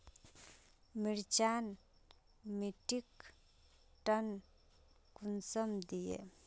मिर्चान मिट्टीक टन कुंसम दिए?